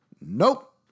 Nope